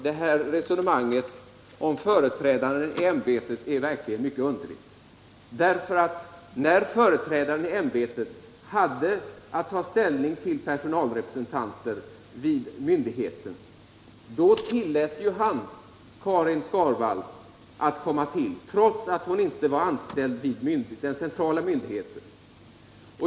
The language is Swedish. Herr talman! Resonemanget om företrädaren i ämbetet är verkligen mycket underligt, därför att när företrädaren i ämbetet hade att ta ställning till personalrepresentanter i myndighetens styrelse tillät han ju att Karin Skarvall utsågs, trots att hon inte var anställd vid den centrala myndigheten.